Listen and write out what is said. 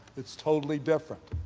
it is totally different.